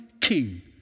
king